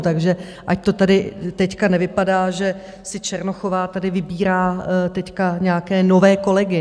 Takže ať to tady nevypadá, že si Černochová tady vybírá teď nějaké nové kolegy.